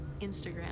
Instagram